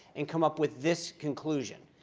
and come up with this conclusion?